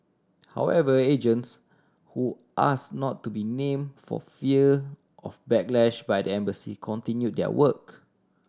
however agents who ask not to be name for fear of backlash by the embassy continue their work